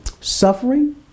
suffering